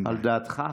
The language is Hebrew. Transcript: על דעתך?